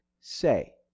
say